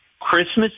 Christmas